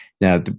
now